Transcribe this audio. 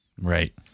Right